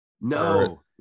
No